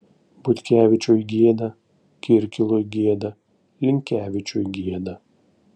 butkevičiui gėda kirkilui gėda linkevičiui gėda